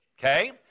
Okay